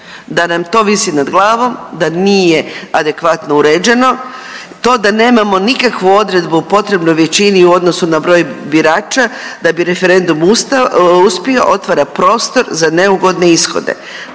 da nam to visi nad glavom, da nije adekvatno uređeno. To da nemamo nikakvu odredbu o potrebnoj većini u odnosu na broj birača da bi referendum uspio otvara prostor za neugodne ishode.